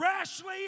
rashly